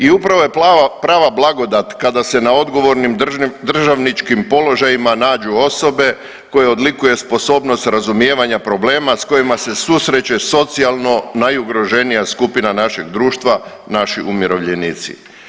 I upravo je prava blagodat kada se na odgovornim državničkim položajima nađu osobe koje odlikuje sposobnost razumijevanja problema s kojima se susreće socijalno najugroženija skupina našeg društva, naši umirovljenici.